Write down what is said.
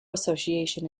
association